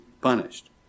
punished